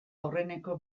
aurreneko